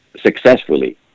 successfully